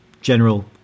general